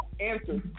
answer